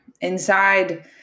inside